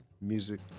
music